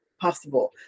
possible